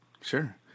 Sure